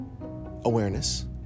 Awareness